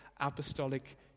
apostolic